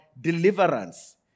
deliverance